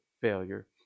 failure